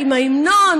עם ההמנון?